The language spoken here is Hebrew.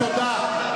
תודה.